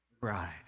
Bride